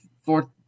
fourth